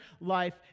life